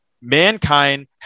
mankind